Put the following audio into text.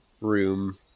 room